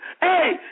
Hey